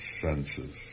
senses